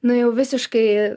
nu jau visiškai